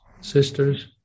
sisters